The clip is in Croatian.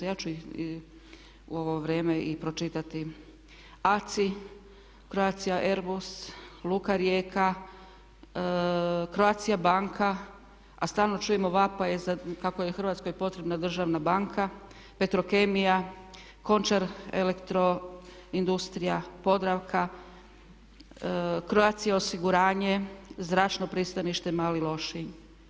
Ja ću ih i u ovo vrijeme pročitati, ACI, Croatia Airbus, Luka Rijeka, Croatia banka, a stvarno čujemo vapaje kako je Hrvatskoj potrebna državna banka, Petrokemija, Končar elektroindustrija, Podravka, Croatia osiguranje, Zračno pristanište Mali Lošinj.